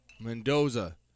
Mendoza